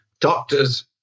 doctors